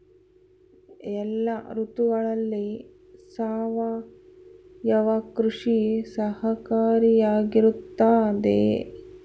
ಎಲ್ಲ ಋತುಗಳಲ್ಲಿ ಸಾವಯವ ಕೃಷಿ ಸಹಕಾರಿಯಾಗಿರುತ್ತದೆಯೇ?